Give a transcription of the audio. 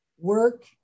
work